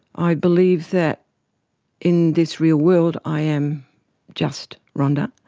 i believe that in this real world i am just rhonda,